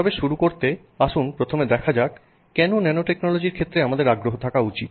তবে শুরু করতে আসুন প্রথমে দেখা যাক কেন ন্যানোটেকনোলজির ক্ষেত্রে আমাদের আগ্রহ থাকা উচিত